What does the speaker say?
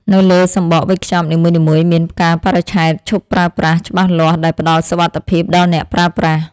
នៅលើសំបកវេចខ្ចប់នីមួយៗមានបិទកាលបរិច្ឆេទឈប់ប្រើប្រាស់ច្បាស់លាស់ដែលផ្ដល់សុវត្ថិភាពដល់អ្នកប្រើប្រាស់។